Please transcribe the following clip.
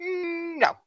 No